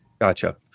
Gotcha